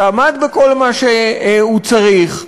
שעמד בכל מה שהוא צריך,